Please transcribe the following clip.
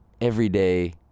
everyday